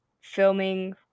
filming